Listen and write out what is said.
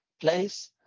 place